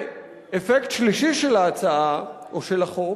אפקט שלישי של ההצעה או של החוק